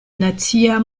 nacia